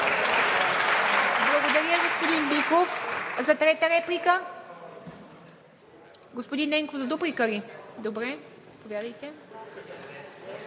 Благодаря, господин Биков. За трета реплика? Господин Ненков, за дуплика ли? Добре, заповядайте.